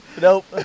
Nope